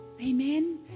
Amen